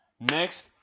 Next